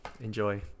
enjoy